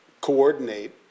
coordinate